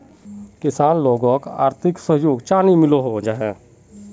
किसान लोगोक आर्थिक सहयोग चाँ नी मिलोहो जाहा?